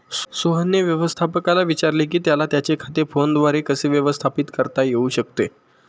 सोहनने व्यवस्थापकाला विचारले की त्याला त्याचे खाते फोनद्वारे कसे व्यवस्थापित करता येऊ शकते